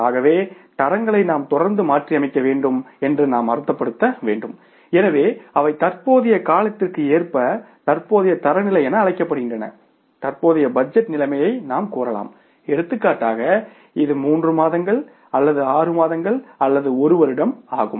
ஆகவே தரங்களை நாம் தொடர்ந்து மாற்றியமைக்க வேண்டும் என்று நாம் அர்த்தப்படுத்த வேண்டும் எனவே அவை தற்போதைய காலத்திற்கு ஏற்ப தற்போதைய தரநிலை என அழைக்கப்படுகின்றன தற்போதைய பட்ஜெட் நிலைமையை நாம் கூறலாம் எடுத்துக்காட்டாக இது 3 மாதங்கள் அல்லது 6 மாதங்கள் அல்லது 1 வருடம் ஆகும்